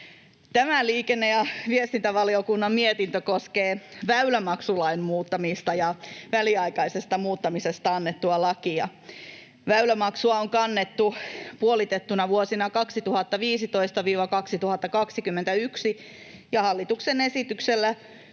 Tämä liikenne- ja viestintävaliokunnan mietintö koskee väylämaksulain muuttamisesta ja väliaikaisesta muuttamisesta annettua lakia. Väylämaksua on kannettu puolitettuna vuosina 2015—2021, ja hallituksen esityksellä